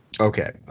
Okay